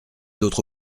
d’autre